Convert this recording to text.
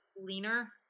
leaner